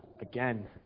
again